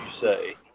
say